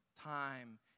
Time